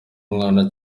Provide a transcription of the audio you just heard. umwana